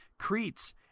Cretes